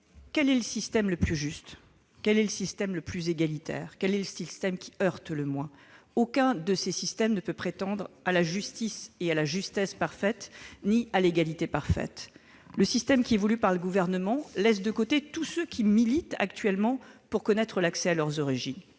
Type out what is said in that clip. Quel est le système le plus juste ? Quel est le système le plus égalitaire ? Quel est le système qui heurte le moins ? Aucun système ne peut prétendre à la justice, à la justesse et à l'égalité parfaites. Le système voulu par le Gouvernement laisse de côté tous ceux qui militent actuellement pour connaître leurs origines.